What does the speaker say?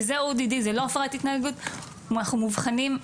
וזה ODD, זה לא הפרעת התנהגות, ואנחנו מאובחנים,